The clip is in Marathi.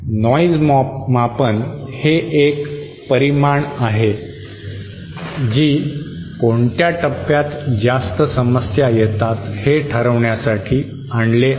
नॉइज मापन हे एक परिमाण आहे जी कोणत्या टप्प्यात जास्त समस्या येतात हे ठरविण्यासाठी आणले आहे